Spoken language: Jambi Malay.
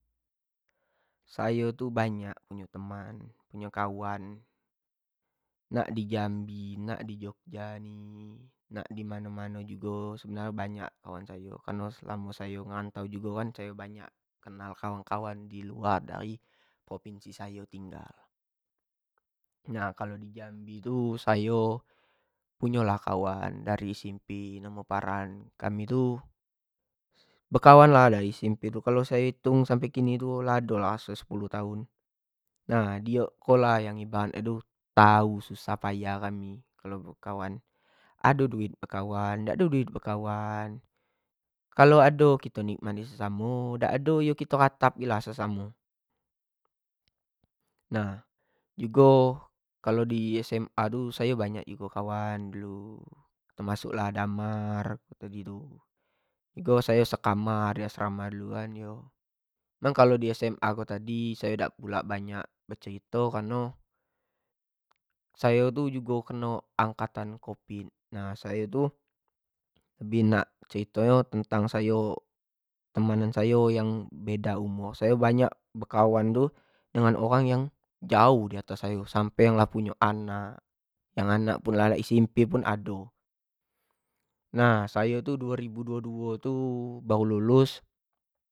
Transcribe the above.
Sayo tu banyak punyo teman, punyo kawan nak di jambi, nak di jogja ni, nak dimano-mano jugo sebenar nyo banyak kawan sayo, kareno selamo sayo merantau jugo kan sayo banyak kenal kawan-kawan di luar dari provinsi sayo tinggal, nah kalo di jambi tu sayo punyo lah sayo kawan dari SMP namo nyo farhan, kami tu bekawan lahdari SMP tu, kalua sayo hitung ado lah sekitar sepuluh tahun, nah diok ko lh yng tau susah payah kami kalua bekawan ado duit bekawan, dak do duit bekawan kalo ado kito nikmati samo-samo kalo dak do kito ratapi lah samo-samo. nah jugo kalo di SMA tu sayo jugo banyak kawan dulu termsuk lah damar tadi tu jugo sayo sekamar di asrama dulu, jugo waktu di SMA sayo dak banyak becerito kareno sayo tu keno angkatan covid lebih nak cerito nyo lebih ke pertamanan sayo beda umur, sayo lebih nak bekawan tu dengan orang tu yang jauh di ats sayo sampe yang lah punyo anak, yang anak SMP ou ado, nah sayo tu duo ribu duo duo tu baru lulus.